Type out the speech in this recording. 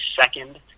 second